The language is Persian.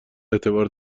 اعتبار